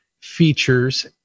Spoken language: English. features